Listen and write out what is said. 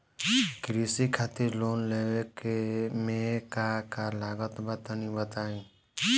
कृषि खातिर लोन लेवे मे का का लागत बा तनि बताईं?